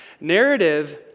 narrative